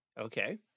Okay